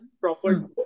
proper